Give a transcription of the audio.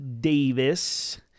Davis